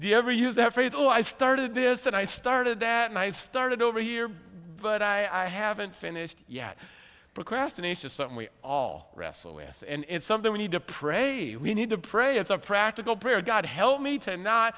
the ever use the phrase oh i started this and i started that and i started over here but i haven't finished yet procrastination is something we all wrestle with and it's something we need to pray we need to pray it's a practical prayer god help me to not